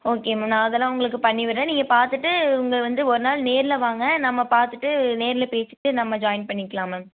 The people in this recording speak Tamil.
ஓகே மேம் நான் அதெல்லாம் உங்களுக்கு பண்ணி விடுறேன் நீங்கள் பார்த்துட்டு இங்கே வந்து ஒருநாள் நேரில் வாங்க நம்ம பார்த்துட்டு நேரில் பேசிக்கிட்டு நம்ம ஜாயின் பண்ணிக்கலாம் மேம்